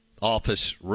office